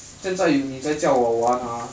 现在你在叫我玩 ah